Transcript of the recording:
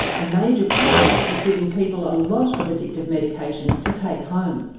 a major problem is giving people a lot of addictive medication to take home.